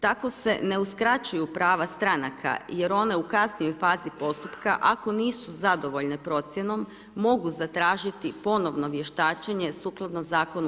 Tako se ne uskraćuju prava stranaka jer one u kasnijoj fazi postupka ako nisu zadovoljene procjenom mogu zatražiti ponovno vještačenje sukladno ZUP-u.